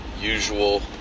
usual